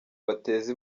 bateze